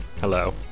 Hello